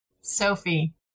Sophie